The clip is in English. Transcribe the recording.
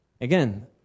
Again